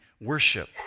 worship